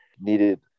needed